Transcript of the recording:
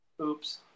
Oops